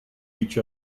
each